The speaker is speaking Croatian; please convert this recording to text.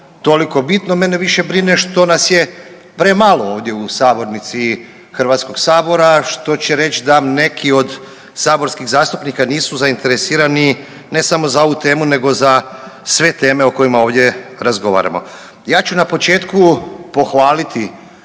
toliko bitno, mene više brine što nas je premalo ovdje u sabornici HS-a, što će reć da neki od saborskih zastupnika nisu zainteresirani ne samo za ovu temu nego za sve teme o kojima ovdje razgovaramo. Ja ću na početku pohvaliti